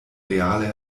reale